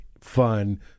fun